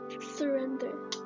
surrender